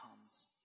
comes